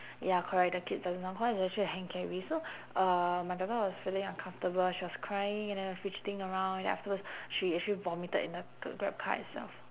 ya correct the kid doesn't count cause it's actually a hand carry so uh my daughter was feeling uncomfortable she was crying and then fidgeting around and then afterwards she actually vomited in the grab car itself